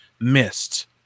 missed